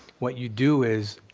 what you do is,